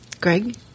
Greg